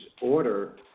order